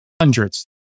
hundreds